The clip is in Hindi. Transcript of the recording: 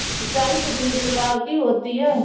सिंचाई कितनी प्रकार की होती हैं?